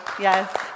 Yes